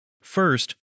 First